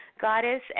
goddess